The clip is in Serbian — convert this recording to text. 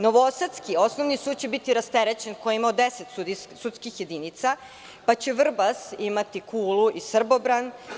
Novosadski Osnovni sud će biti rasterećen, koji je imao 10 sudskih jedinica, pa će Vrbas imati Kulu i Srbobran.